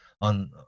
on